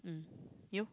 mm you